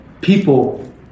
people